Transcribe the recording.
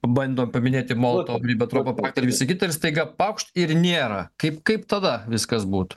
bandom paminėti molotovo ribentropo paktą ir visa kita ir staiga paukšt ir nėra kaip kaip tada viskas būtų